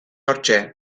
hortxe